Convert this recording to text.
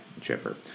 Chipper